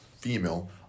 female